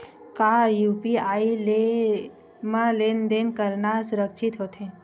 का यू.पी.आई म लेन देन करना सुरक्षित होथे?